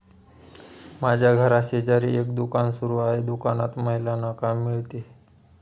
माझ्या घराशेजारी एक दुकान सुरू आहे दुकानात महिलांना काम मिळते